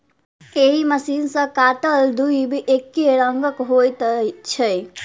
एहि मशीन सॅ काटल दुइब एकै रंगक होइत छै